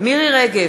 מירי רגב,